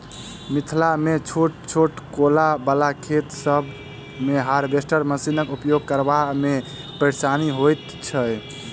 मिथिलामे छोट छोट कोला बला खेत सभ मे हार्वेस्टर मशीनक उपयोग करबा मे परेशानी होइत छै